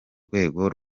rwego